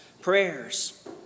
prayers